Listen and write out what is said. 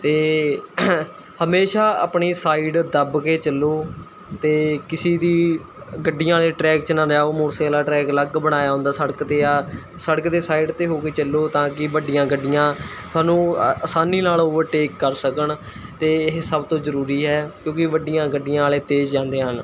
ਅਤੇ ਹਮੇਸ਼ਾ ਆਪਣੀ ਸਾਈਡ ਦੱਬ ਕੇ ਚੱਲੋ ਅਤੇ ਕਿਸੀ ਦੀ ਗੱਡੀਆਂ ਵਾਲ਼ੇ ਟਰੈਕ 'ਚ ਨਾ ਲਿਆਓ ਮੋਟਰਸਾਈਕਲ ਦਾ ਟਰੈਕ ਅਲੱਗ ਬਣਾਇਆ ਹੁੰਦਾ ਸੜਕ 'ਤੇ ਜਾਂ ਸੜਕ ਦੇ ਸਾਈਡ 'ਤੇ ਹੋ ਕੇ ਚੱਲੋ ਤਾਂ ਕਿ ਵੱਡੀਆਂ ਗੱਡੀਆਂ ਸਾਨੂੰ ਆਸਾਨੀ ਨਾਲ ਓਵਰਟੇਕ ਕਰ ਸਕਣ ਅਤੇ ਇਹ ਸਭ ਤੋਂ ਜਰੂਰੀ ਹੈ ਕਿਉਂਕਿ ਵੱਡੀਆਂ ਗੱਡੀਆਂ ਵਾਲ਼ੇ ਤੇਜ਼ ਜਾਂਦੇ ਹਨ